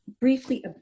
Briefly